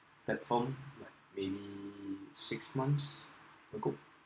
platform maybe six months ago